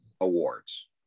awards